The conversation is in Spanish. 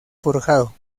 forjado